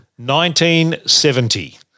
1970